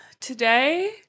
today